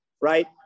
right